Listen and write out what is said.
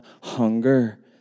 hunger